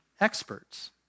experts